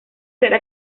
será